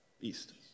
East